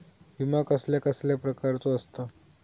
विमा कसल्या कसल्या प्रकारचो असता?